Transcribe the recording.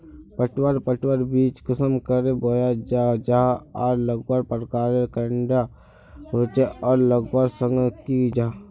पटवा पटवार बीज कुंसम करे बोया जाहा जाहा आर लगवार प्रकारेर कैडा होचे आर लगवार संगकर की जाहा?